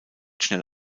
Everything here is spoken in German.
schnell